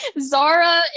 Zara